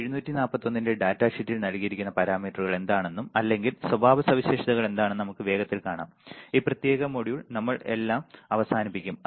LM741 ന്റെ data ഷീറ്റിൽ നൽകിയിരിക്കുന്ന പാരാമീറ്ററുകൾ എന്താണെന്നും അല്ലെങ്കിൽ സ്വഭാവ സവിശേഷതകൾ എന്താണെന്നും നമുക്ക് വേഗത്തിൽ കാണാം ഈ പ്രത്യേക മൊഡ്യൂൾ നമ്മൾ എല്ലാം അവസാനിപ്പിക്കും